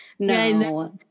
no